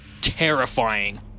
terrifying